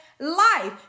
life